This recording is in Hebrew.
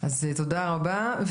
תודה רבה.